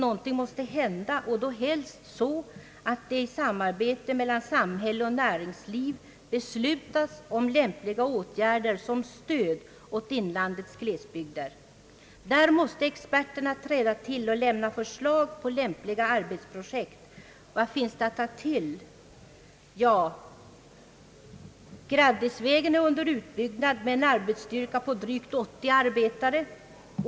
Något måste hända och då helst så att det i samarbete mellan samhälle och näringsliv beslutas om lämpliga åtgärder till stöd för inlandets glesbygder. Där måste experterna träda till och lämna förslag på lämpliga arbetsprojekt. Vad finns det att ta till? Ja, Graddisvägen är under utbyggnad med en arbetsstyrka på drygt 80 man.